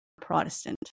Protestant